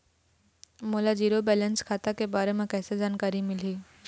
मोला zero balance खाता के बारे म कैसे जानकारी मिलही?